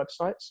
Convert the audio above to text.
websites